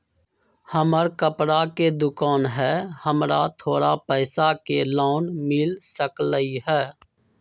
हमर कपड़ा के दुकान है हमरा थोड़ा पैसा के लोन मिल सकलई ह?